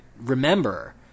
remember